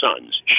sons